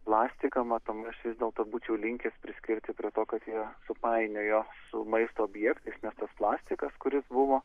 plastiką matomai aš vis dėlto būčiau linkęs priskirti prie to kad jie supainiojo su maisto objektais nes tas plastikas kuris buvo